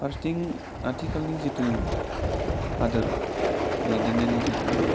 फारसेथिं आथिखालनि जिथु हादोर दैदेननायनि जिथु